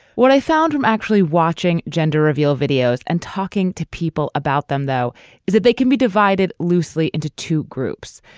what i found from actually watching gender reveal videos and talking to people about them though is that they can be divided loosely into two groups.